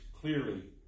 clearly